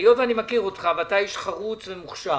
שהיות ואני מכיר אותך, ואתה איש חרוץ ומוכשר,